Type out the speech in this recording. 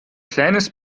kleines